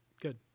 Good